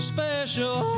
Special